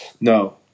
No